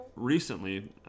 Recently